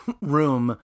room